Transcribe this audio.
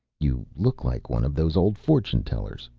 you look like one of those old fortune tellers,